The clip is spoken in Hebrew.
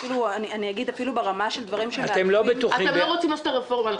אפילו ברמה של --- אתם לא רוצים לעשות את הרפורמה.